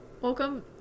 Welcome